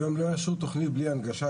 היום לא תהיה שום תכנית בלי הנגשה.